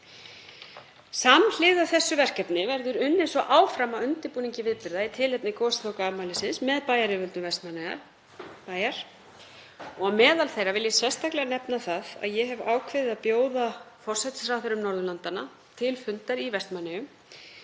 Samhliða þessu verkefni verður unnið áfram að undirbúningi viðburða í tilefni goslokaafmælisins með bæjaryfirvöldum Vestmannaeyjabæjar. Meðal þeirra vil ég sérstaklega nefna það að ég hef ákveðið að bjóða forsætisráðherrum Norðurlandanna til fundar í Vestmannaeyjum.